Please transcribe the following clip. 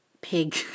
pig